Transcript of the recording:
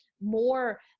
more